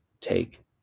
Take